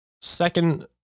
second